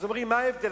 אומרים: מה ההבדל?